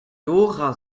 dora